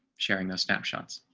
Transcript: sharing those snapshots.